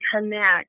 connect